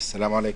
סלאם עליכום.